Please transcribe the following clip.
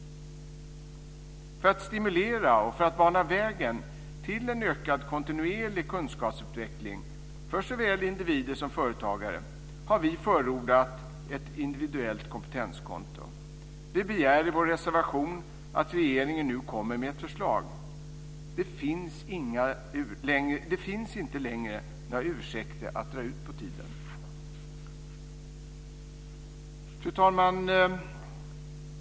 För att stimulera och bana väg för en ökad kontinuerlig kunskapsutveckling för såväl individer som företagare har vi förordat ett individuellt kompetenskonto. Vi begär i vår reservation att regeringen nu kommer med ett förslag. Det finns inte längre några ursäkter för att dra ut på tiden. Fru talman!